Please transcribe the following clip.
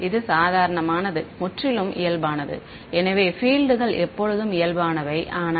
மாணவர் இது சாதாரணமானது முற்றிலும் இயல்பானது எனவே பீல்ட் கள் எப்போதும் இயல்பானவை ஆனால்